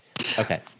Okay